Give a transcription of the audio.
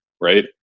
right